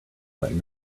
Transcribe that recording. that